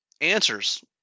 answers